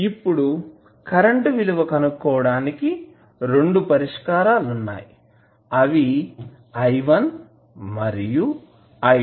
ఇప్పుడు కరెంటు విలువ కనుక్కోవడానికి రెండు పరిష్కారాలు ఉన్నాయి అవి i1 మరియు i2